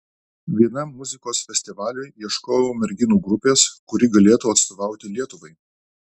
vienam muzikos festivaliui ieškojau merginų grupės kuri galėtų atstovauti lietuvai